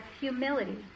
humility